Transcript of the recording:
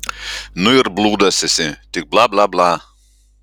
nu ir blūdas esi tik bla bla bla